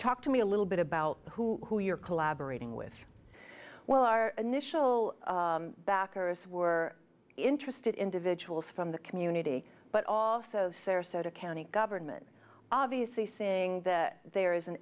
talk to me a little bit about who you're collaborating with well our initial backers were interested individuals from the community but also sarasota county government obviously seeing that there is an